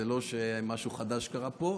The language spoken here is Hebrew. זה לא שמשהו חדש קרה פה,